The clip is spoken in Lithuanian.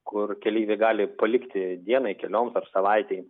kur keleiviai gali palikti dienai kelioms ar savaitei